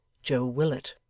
joe willet.